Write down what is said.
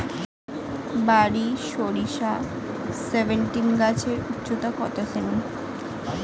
বারি সরিষা সেভেনটিন গাছের উচ্চতা কত সেমি?